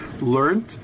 learned